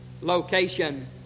location